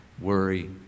worry